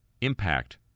impact